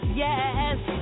yes